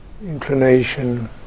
inclination